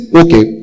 okay